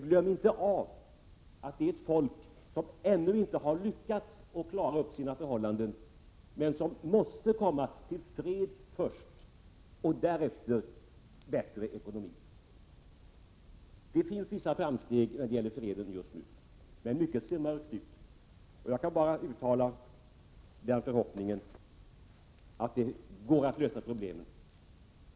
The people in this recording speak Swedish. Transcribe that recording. Glöm inte att det är fråga om ett folk som ännu inte har lyckats klara upp sina förhållanden, som måste komma till fred först och därefter till bättre ekonomi. Det görs vissa framsteg när det gäller fred just nu, men mycket ser mörkt ut. Jag kan bara uttala den förhoppningen att det skall gå att lösa problemen.